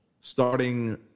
starting